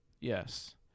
Yes